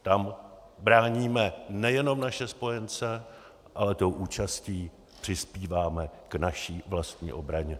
Tam bráníme nejenom naše spojence, ale tou účastí přispíváme k naší vlastní obraně.